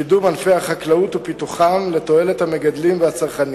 שיכינו את החיסון וחסרה הוראת ביצוע של מנהל השירותים